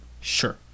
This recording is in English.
sure